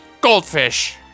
Goldfish